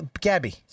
Gabby